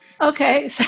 Okay